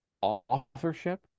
authorship